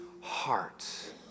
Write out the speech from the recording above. heart